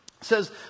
says